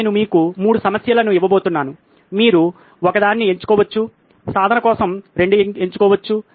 నేను మీకు 3 సమస్యలను ఇవ్వబోతున్నాను మీరు ఒకదాన్ని ఎంచుకోవచ్చు సాధన కోసం 2 ఎంచుకోవచ్చు